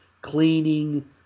cleaning